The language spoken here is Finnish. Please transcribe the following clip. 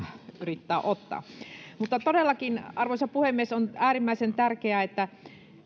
yrittää ottaa todellakin arvoisa puhemies on äärimmäisen tärkeää että